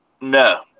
No